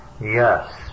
Yes